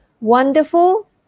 Wonderful